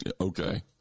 okay